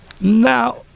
Now